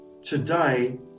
Today